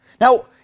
Now